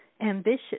ambitious